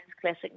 Classic